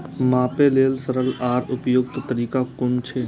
मापे लेल सरल आर उपयुक्त तरीका कुन छै?